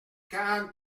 quarante